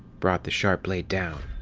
brought the sharp blade down